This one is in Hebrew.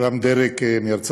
רם דרג מארצות-הברית,